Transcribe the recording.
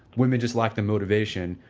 women just like the motivation.